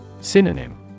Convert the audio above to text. Synonym